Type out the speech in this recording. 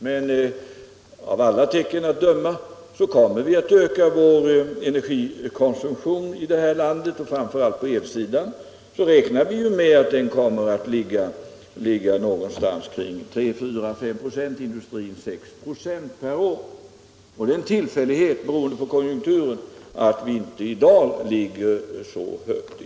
Men av alla tecken att döma kommer vi att öka energikonsumtionen. På elsidan räknar vi med att ökningen kommer att ligga någonstans omkring 3 å 4 26. Inom industrin är ökningsbehovet ca 6 96. Det är en tillfällighet, beroende på konjunkturen, att vi inte i dag ligger så högt.